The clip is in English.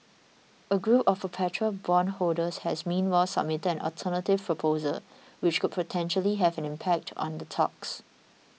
a group of perpetual bondholders has meanwhile submitted an alter